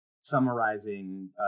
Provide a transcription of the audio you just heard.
summarizing